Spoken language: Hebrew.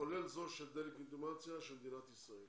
כולל זו של דה-לגיטימציה של מדינת ישראל.